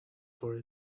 for